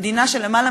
במדינה שלמעלה